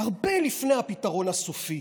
הרבה לפני הפתרון הסופי.